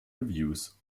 reviews